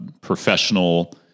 professional